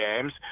games